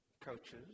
coaches